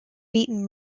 beaten